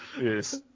Yes